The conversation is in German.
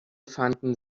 fanden